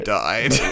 died